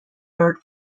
word